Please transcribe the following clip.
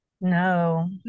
No